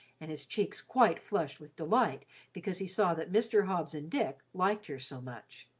and his cheeks quite flushed with delight because he saw that mr. hobbs and dick liked her so much.